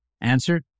Answer